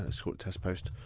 ah sort of test post.